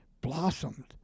blossomed